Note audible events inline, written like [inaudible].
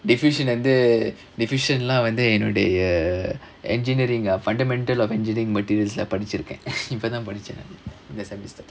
deficient வந்து:vanthu deficient leh வந்து என்னுடைய:vanthu ennudaiya engineering fundamental of engineering [laughs] படிச்சிருக்கேன் இப்பதா படிச்சேன் இந்த:padichirukkaen ippathaa padichaen intha semester